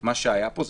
מה שהיה פה,